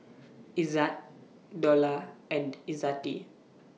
Izzat Dollah and Izzati